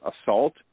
assault